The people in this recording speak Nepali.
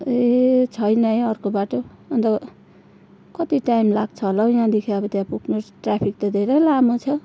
ए छैन है अर्को बाटो अन्त कति टाइम लाग्छ होला हौ यहाँदेखि अब त्यहाँ पुग्नु स् ट्राफिक त घेरै लामो छ